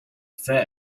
fare